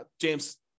James